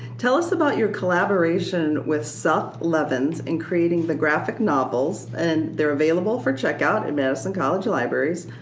tell us about your collaboration with seth levens in creating the graphic novels, and they're available for check out at madison college libraries,